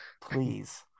please